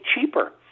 cheaper